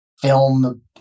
film